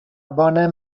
bona